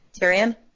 Tyrion